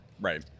right